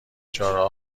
چهارراه